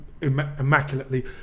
immaculately